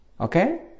okay